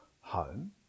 home